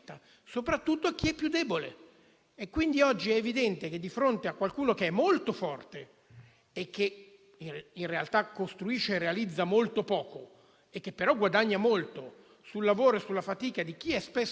in una logica un po' diversa, in cui governa molto il più forte (perché c'è un'idea malintesa, a mio parere, di libertà della contrattazione e dei diritti), solo i grandi autori riescono a tutelare